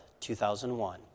2001